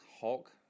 Hulk